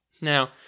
Now